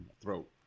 throat